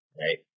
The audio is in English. right